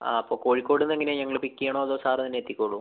ആ അപ്പം കോഴിക്കോട്ന്ന് എങ്ങനെയാണ് ഞങ്ങൾ പിക്ക് ചെയ്യണോ അതോ സാറ് തന്നെ എത്തിക്കോളോ